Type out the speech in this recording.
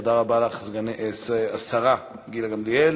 תודה רבה לך, השרה גילה גמליאל.